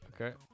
Okay